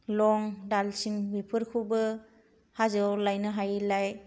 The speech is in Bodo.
लं दालसिनि बेफोरखौबो हाजोआव लायनो हायिलाय